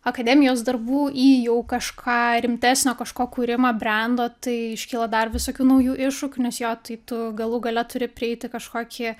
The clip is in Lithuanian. akademijos darbų į jau kažką rimtesnio kažko kūrimą brendo tai iškyla dar visokių naujų iššūkių nes jo tai tu galų gale turi prieiti kažkokį